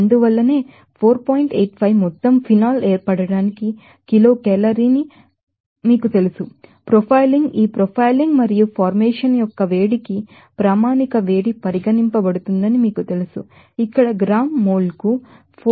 85 మొత్తం ఫినాల్ ఏర్పడటానికి కిలోకేలరీని మీకు తెలుసు ప్రొఫైలింగ్ ఈ ప్రొఫైలింగ్ మరియు ఫార్మేషన్ యొక్క వేడికి స్టాండర్డ్ హీట్గా పరిగణించబడుతుందని మీకు తెలుసు ఇక్కడ గ్రాము మోల్ కు 4